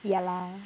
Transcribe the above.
ya lah